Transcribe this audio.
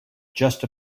just